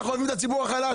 אנחנו אוהבים את הציבור החלש.